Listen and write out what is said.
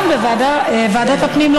ועדת הפנים?